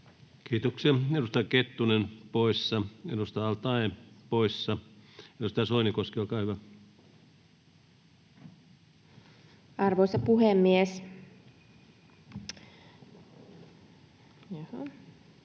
Kiitoksia. — Edustaja Kettunen poissa, edustaja al-Taee poissa. — Edustaja Soinikoski, olkaa hyvä. [Speech